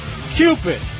Cupid